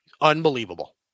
Unbelievable